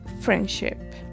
friendship